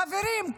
חברים,